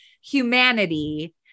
humanity